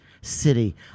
city